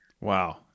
Wow